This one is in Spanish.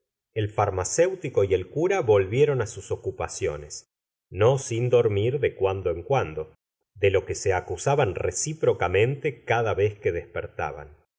el farmacéuticó y el cura volvieron á sus ocupaciones no sin dormir de cuando en cuando de lo que se acusaban recíprocamente cada vez que despertaban